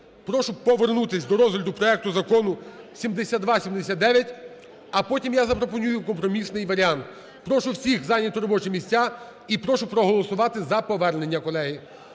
прошу повернутися до розгляду проекту Закону 7279, а потім я запропоную компромісний варіант. Прошу всіх зайняти робочі місця і прошу проголосувати за повернення, колеги.